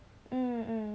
mm